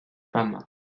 femmes